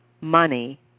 money